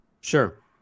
Sure